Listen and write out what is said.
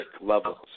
levels